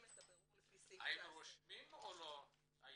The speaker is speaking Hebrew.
את הבירור לפי סעיף 19. האם רושמים את הילד